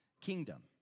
kingdom